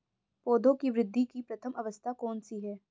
पौधों की वृद्धि की प्रथम अवस्था कौन सी है?